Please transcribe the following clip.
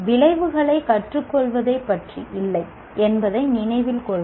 விளைவுகளை கற்றுக்கொள்வதை பற்றி இல்லை என்பதை நினைவில் கொள்க